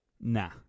Nah